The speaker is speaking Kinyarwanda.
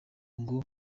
ngo